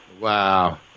Wow